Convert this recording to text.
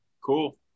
Cool